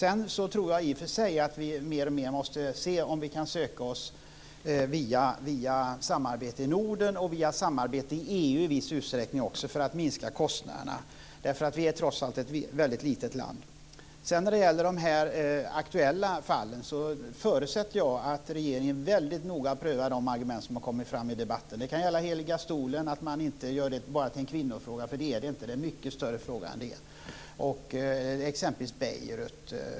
Sedan tror jag i och för sig att vi mer och mer måste se om vi kan söka oss via samarbete i Norden och i viss utsträckning också via samarbete i EU för att minska kostnaderna. Vi är trots allt ett mycket litet land. När det gäller de aktuella fallen förutsätter jag att regeringen väldigt noga prövar de argument som har kommit fram i debatten. Det kan gälla att inte enbart göra Heliga stolen till en kvinnofråga, för det är det inte. Det är en mycket större fråga än så. Det är exempelvis Beirut.